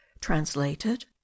translated